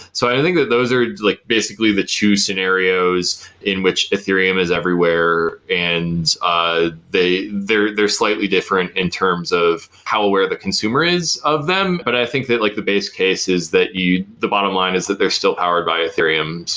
so i think that those are like basically the two scenarios in which ethereum is everywhere and ah they are slightly different in terms of how aware the consumer is of them but i think that like the base case is that you the bottom line is that they are still powered by ethereum.